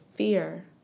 Fear